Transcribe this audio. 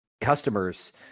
customers